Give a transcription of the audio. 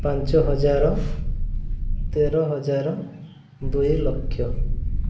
ପାଞ୍ଚ ହଜାର ତେର ହଜାର ଦୁଇ ଲକ୍ଷ